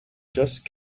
just